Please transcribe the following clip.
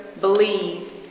believe